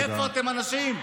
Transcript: איפה אתן, הנשים?